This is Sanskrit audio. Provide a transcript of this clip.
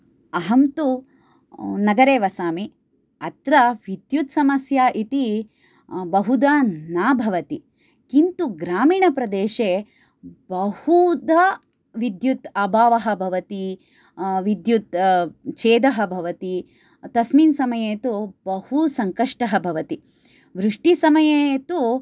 अहं तु नगरे वसामि अत्र विद्युत्समस्या इति बहुधा न भवति किन्तु ग्रामिणप्रदेशे बहुधा विद्युत् अभावः भवति विद्युत् छेदः भवति तस्मिन् समये तु बहु संकष्टः भवति वृष्टिसमये तु